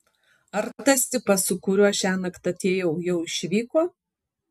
ar tas tipas su kuriuo šiąnakt atėjau jau išvyko